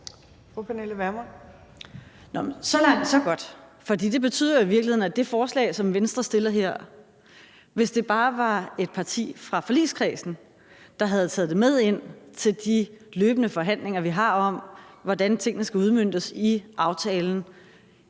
Så langt, så godt. For det betyder jo i virkeligheden noget i forhold til det forslag, som Venstre fremsætter her. Hvis det bare var et parti fra forligskredsen, der havde taget det med ind til de løbende forhandlinger, vi har, om, hvordan tingene skal udmøntes i aftalen,